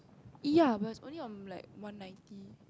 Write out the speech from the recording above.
ya but it's only on like one ninety